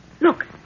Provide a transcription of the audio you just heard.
Look